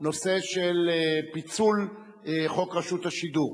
את נושא פיצול חוק רשות השידור.